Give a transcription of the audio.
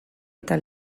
eta